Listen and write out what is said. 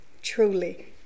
truly